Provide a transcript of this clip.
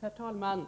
Herr talman!